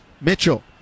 Mitchell